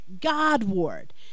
Godward